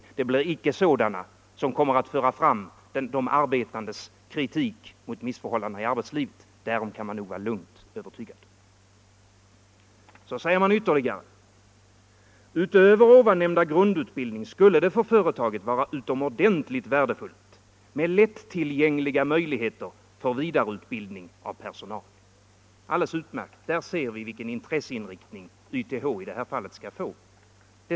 I varje fall blir det inte sådana som kommer att föra fram de arbetandes kritik mot missförhållandena i arbetslivet. Därom kan man nog vara övertygad. Stora Kopparberg säger sedan så här: ”Utöver ovannämnda grundutbildning skulle det för företaget vara utomordentligt värdefullt med lättillgängliga möjligheter för vidareutbildning av personal.” Alldeles utmärkt! Där ser vi vilken intresseinriktning YTH i det här fallet kommer att få.